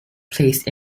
placed